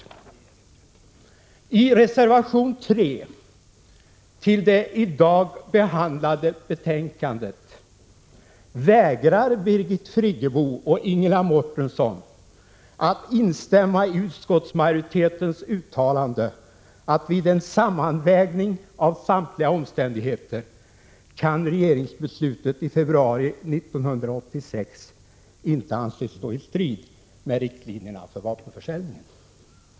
I reservation 3 till det i dag behandlade betänkandet vägrar Birgit Friggebo och Ingela Mårtensson att instämma i utskottsmajoritetens uttalande att vid en sammanvägning av samtliga omständigheter kan regeringsbeslutet i februari 1986 inte anses stå i strid med riktlinjerna för vapenförsäljningen.